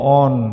on